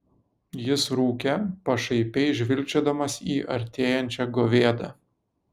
jis rūkė pašaipiai žvilgčiodamas į artėjančią govėdą